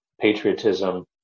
patriotism